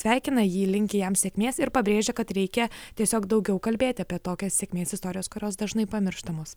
sveikina jį linki jam sėkmės ir pabrėžia kad reikia tiesiog daugiau kalbėti apie tokias sėkmės istorijas kurios dažnai pamirštamos